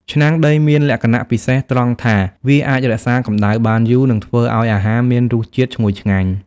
ឆ្នាំងដីមានលក្ខណៈពិសេសត្រង់ថា វាអាចរក្សាកម្ដៅបានយូរ និងធ្វើឱ្យអាហារមានរសជាតិឈ្ងុយឆ្ងាញ់។